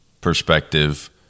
perspective